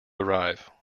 arrive